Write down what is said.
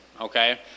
okay